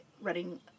running